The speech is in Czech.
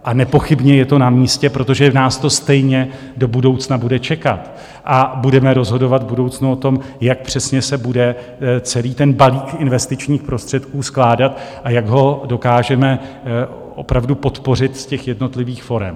A nepochybně je to namístě, protože nás to stejně do budoucna bude čekat a budeme rozhodovat v budoucnu o tom, jak přesně se bude celý ten balík investičních prostředků skládat a jak ho dokážeme opravdu podpořit z jednotlivých forem.